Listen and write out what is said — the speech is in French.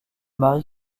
marie